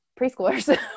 preschoolers